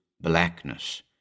blackness—